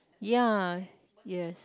ya yes